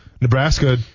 Nebraska –